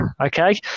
Okay